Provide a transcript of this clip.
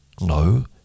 No